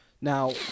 Now